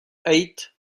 eight